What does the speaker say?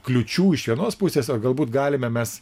kliūčių iš vienos pusės o galbūt galime mes